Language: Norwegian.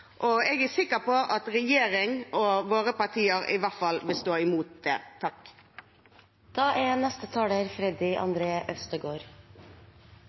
Jeg er sikker på at i hvert fall regjeringen og dens partier vil stå imot det.